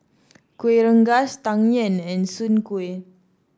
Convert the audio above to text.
Kuih Rengas Tang Yuen and Soon Kuih